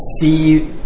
see